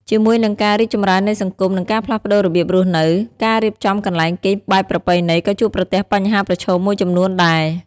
ជាមួយនឹងការរីកចម្រើននៃសង្គម និងការផ្លាស់ប្តូររបៀបរស់នៅ ការរៀបចំកន្លែងគេងបែបប្រពៃណីក៏ជួបប្រទះបញ្ហាប្រឈមមួយចំនួនដែរ។